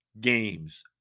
games